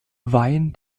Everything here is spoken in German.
wein